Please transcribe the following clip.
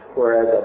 Whereas